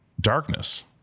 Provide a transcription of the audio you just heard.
darkness